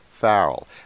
Farrell